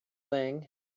thing